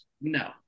No